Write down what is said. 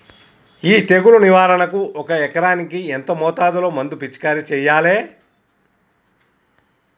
ఈ తెగులు నివారణకు ఒక ఎకరానికి ఎంత మోతాదులో మందు పిచికారీ చెయ్యాలే?